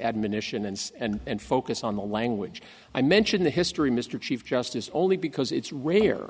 admonition and and focus on the language i mention the history mr chief justice only because it's rare